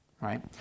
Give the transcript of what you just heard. Right